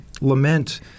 lament